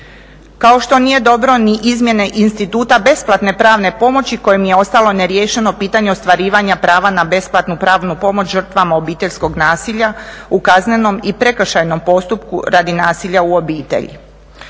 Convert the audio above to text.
Kao što nije dobro ni izmjene instituta besplatne pravne pomoći kojim je ostalo neriješeno pitanje ostvarivanja prava na besplatnu pravnu pomoć žrtvama obiteljskog nasilja u kaznenom i prekršajnom postupku radi nasilja u obitelji.